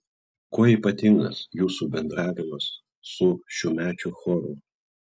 kuo ypatingas jūsų bendravimas su šiųmečiu choru